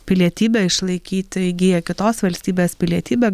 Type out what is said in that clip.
pilietybę išlaikyti įgyję kitos valstybės pilietybę